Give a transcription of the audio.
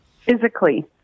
physically